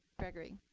gregory.